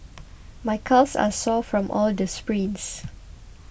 my calves are sore from all the sprints